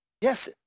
Yes